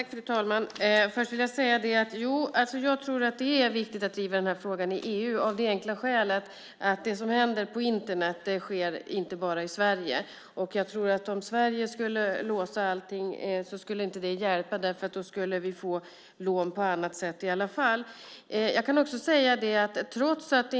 Fru talman! Låt mig börja med att säga att jag tror att det är viktigt att driva den här frågan i EU av det enkla skälet att det som händer på Internet också händer i Sverige. Om Sverige låste allt skulle det inte hjälpa. Folk skulle kunna låna i alla fall, på något annat sätt.